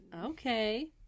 Okay